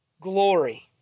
glory